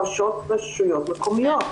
ראשות רשויות מקומיות,